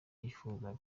yifuzaga